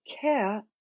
care